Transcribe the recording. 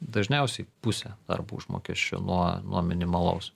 dažniausiai pusę darbo užmokesčio nuo nuo minimalaus